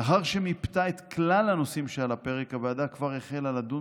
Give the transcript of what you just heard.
לאחר שמיפתה את כלל הנושאים שעל הפרק הוועדה כבר החלה לדון